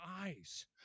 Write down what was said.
eyes